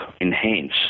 enhance